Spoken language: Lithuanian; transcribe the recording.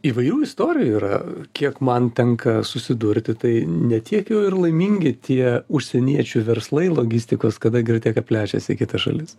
įvairių istorijų yra kiek man tenka susidurti tai ne tiek jau ir laimingi tie užsieniečių verslai logistikos kada girteka plečiasi į kitas šalis